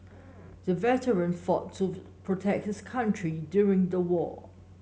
the veteran fought to protect his country during the war